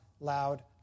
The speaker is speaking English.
loud